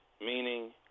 meaning